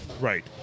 Right